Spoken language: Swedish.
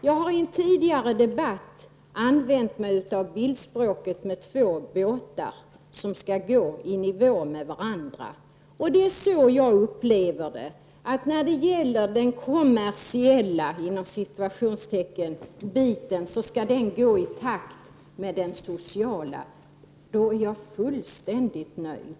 Jag har i en tidigare debatt använt bildspråk och talat om två båtar som skall gå jämsides med varandra. Det är också så som jag upplever situationen: den kommersiella delen av verksamheten skall gå i takt med den sociala delen. Då är jag fullständigt nöjd.